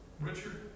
Richard